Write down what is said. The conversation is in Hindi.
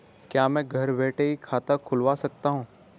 क्या मैं घर बैठे ही खाता खुलवा सकता हूँ?